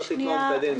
הוא יחליט מה הוא מקדם,